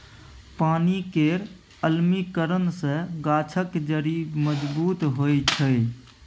पानि केर अम्लीकरन सँ गाछक जड़ि मजबूत होइ छै